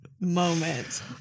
moment